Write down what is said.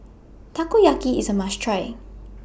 Takoyaki IS A must Try